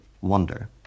wonder